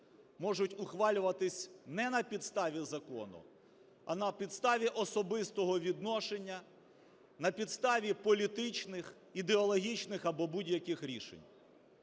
можуть ухвалюватись не на підставі закону, а на підставі особистого відношення, на підставі політичних, ідеологічних або будь-яких рішень.